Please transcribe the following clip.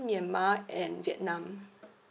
myanmar and vietnam